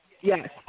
Yes